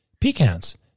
pecans